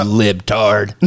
libtard